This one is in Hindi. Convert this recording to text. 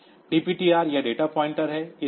DPTR या डेटा पॉइंटर है